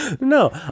No